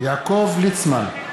יעקב ליצמן,